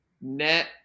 net